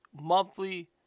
monthly